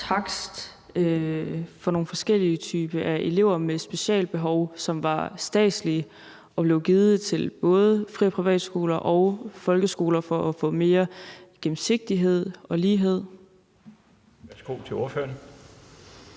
takst for nogle forskellige typer af elever med specialbehov, som var statslige og blev givet til både fri- og privatskoler og folkeskoler for at få mere gennemsigtighed og lighed? Kl. 17:30 Den